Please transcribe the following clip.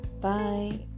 Bye